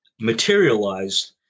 materialized